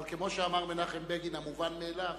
אבל כמו שאמר מנחם בגין: המובן מאליו